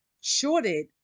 shorted